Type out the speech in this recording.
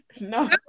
no